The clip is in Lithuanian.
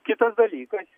kitas dalykas